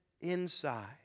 inside